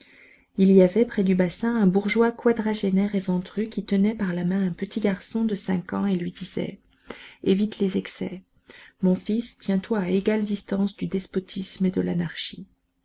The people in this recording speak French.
il y avait près du bassin un bourgeois quadragénaire et ventru qui tenait par la main un petit garçon de cinq ans et lui disait évite les excès mon fils tiens-toi à égale distance du despotisme et de l'anarchie